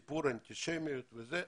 מה גם שיש סיפור אנטישמי בנושא,